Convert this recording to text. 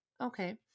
okay